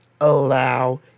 allow